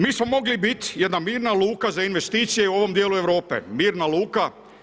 Mi smo mogli biti jedna mirna luka za investicije u ovom dijelu Europe, mirna luka.